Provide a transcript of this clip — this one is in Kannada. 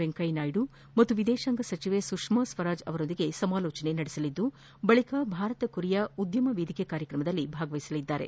ವೆಂಕಯ್ಯ ನಾಯ್ಡ ಮತ್ತು ವಿದೇಶಾಂಗ ಸಚಿವೆ ಸುಷ್ಮಾ ಸ್ವರಾಜ್ ಅವರೊಂದಿಗೆ ಸಮಾಲೋಚನೆ ನಡೆಸಲಿದ್ದು ಬಳಿಕ ಭಾರತ ಕೊರಿಯಾ ಉದ್ದಮ ವೇದಿಕೆ ಕಾರ್ಯಕ್ರಮದಲ್ಲಿ ಭಾಗವಹಿಸಲಿದ್ದಾರೆ